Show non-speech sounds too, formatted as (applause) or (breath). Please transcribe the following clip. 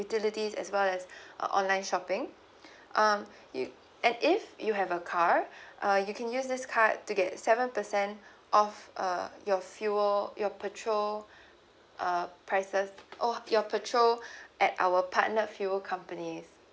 utilities as well as (breath) online shopping (breath) um you and if you have a car (breath) uh you can use this card to get seven percent (breath) off uh your fuel your petrol (breath) uh prices oh your petrol at our partnered fuel companies